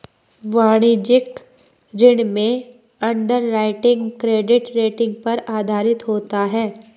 वाणिज्यिक ऋण में अंडरराइटिंग क्रेडिट रेटिंग पर आधारित होता है